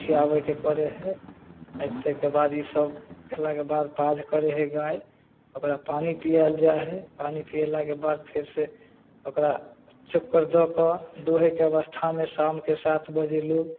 खिआबैके पड़ै हइ आओर ताहिके बाद ईसब कएलाके बाद पाज करै हइ गाइ ओकरा पानी पिआएल जाइ हइ पानी पिएलाके बाद फेर से ओकरा चोकर दऽ कऽ दुहैके अवस्थामे शामके सात बजे लोक